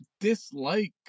dislike